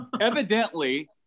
Evidently